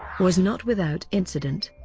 was not without incident.